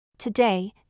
Today